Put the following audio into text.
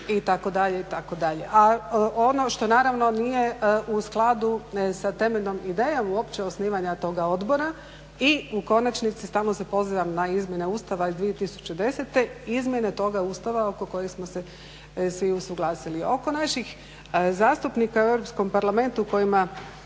na koncu itd., itd.. A ono što naravno nije u skladu sa temeljnom idejom uopće osnivanja toga odbora, i u konačnici stalno se pozivam na izmjene Ustava iz 2010. izmjene toga Ustava oko kojega smo se svi usuglasili, oko naših zastupnika u Europskom parlamentu kojima